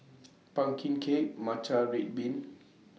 Pumpkin Cake Matcha Red Bean